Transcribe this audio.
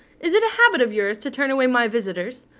is it a habit of yours to turn away my visitors?